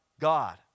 God